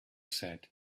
said